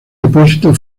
depósito